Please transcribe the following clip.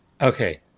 Okay